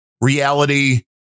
reality